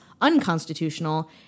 unconstitutional